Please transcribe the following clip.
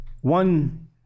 One